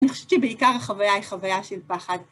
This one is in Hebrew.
אני חושבת שבעיקר החוויה היא חוויה של פחד.